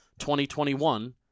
2021